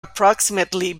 approximately